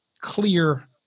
clear